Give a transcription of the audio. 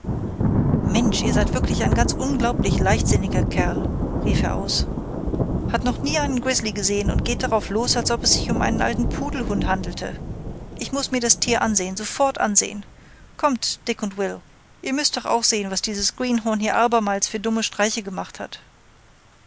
mensch ihr seid wirklich ein ganz unglaublich leichtsinniger kerl rief er aus hat noch nie einen grizzly gesehen und geht darauf los als ob es sich um einen alten pudelhund handelte ich muß mir das tier ansehen sofort ansehen kommt dick und will ihr müßt doch auch sehen was dieses greenhorn hier abermals für dumme streiche gemacht hat